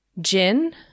gin